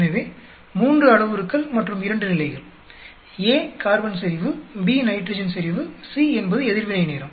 எனவே 3 அளவுருக்கள் மற்றும் 2 நிலைகள் A கார்பன் செறிவு B நைட்ரஜன் செறிவு C என்பது எதிர்வினை நேரம்